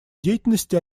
деятельности